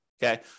Okay